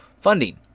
funding